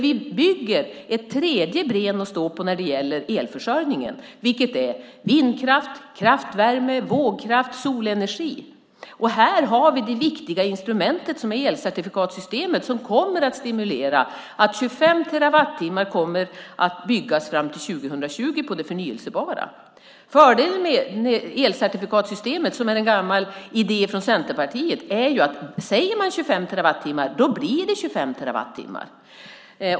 Vi bygger ett tredje ben att stå på när det gäller elförsörjningen, nämligen vindkraft, kraftvärme, vågkraft och solenergi. Här har vi det viktiga instrument som elcertifikatssystemet innebär och som kommer att stimulera att 25 terawattimmar förnybar energi kommer att byggas fram till 2020. Fördelen med elcertifikatssystemet, som är en gammal idé från Centerpartiet, är att säger man 25 terawattimmar blir det 25 terawattimmar.